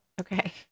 Okay